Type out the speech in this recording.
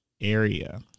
area